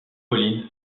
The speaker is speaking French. pauline